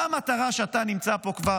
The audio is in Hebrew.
מה המטרה שאתה נמצא פה כבר,